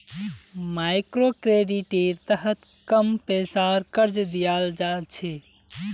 मइक्रोक्रेडिटेर तहत कम पैसार कर्ज दियाल जा छे